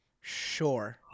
Sure